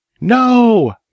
No